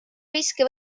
riske